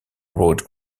road